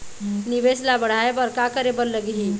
निवेश ला बढ़ाय बर का करे बर लगही?